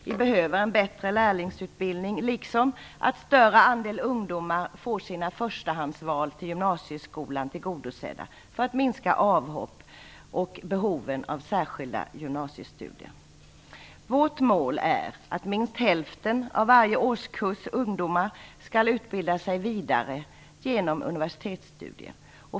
Vi behöver en bättre lärlingsutbildning, och det är viktigt att en större andel ungdomar får sina förstahandsval till gymnasieskolan tillgodosedda för att avhopp och behovet av särskilda gymnasiestudier skall minska. Vårt mål är att minst hälften av varje årskull ungdomar skall utbilda sig vidare genom universitetsstudier.